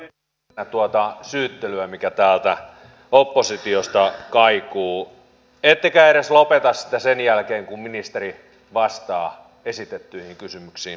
pidän kyllä merkillisenä tuota syyttelyä mikä täältä oppositiosta kaikuu ettekä edes lopeta sitä sen jälkeen kun ministeri vastaa esitettyihin kysymyksiin